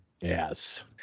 Yes